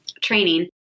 training